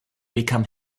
become